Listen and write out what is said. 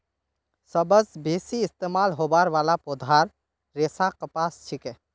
सबस बेसी इस्तमाल होबार वाला पौधार रेशा कपास छिके